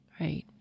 right